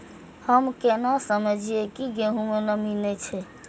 हम केना समझये की गेहूं में नमी ने छे?